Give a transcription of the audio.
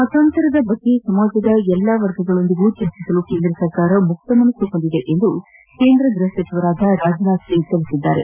ಮತಾಂತರ ಕುರಿತಂತೆ ಸಮಾಜದ ಎಲ್ಲಾ ವರ್ಗಗಳೊಂದಿಗೆ ಚರ್ಚಿಸಲು ಕೇಂದ್ರ ಸರ್ಕಾರ ಮುಕ್ತ ಮನಸ್ಸು ಹೊಂದಿದೆ ಎಂದು ಕೇಂದ್ರ ಗೃಹ ಸಚಿವ ರಾಜನಾಥ್ ಸಿಂಗ್ ಹೇಳಿದ್ದಾರೆ